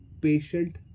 patient